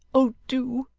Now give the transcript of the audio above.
oh do!